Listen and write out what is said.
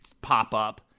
pop-up